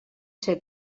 ser